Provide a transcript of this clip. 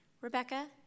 Rebecca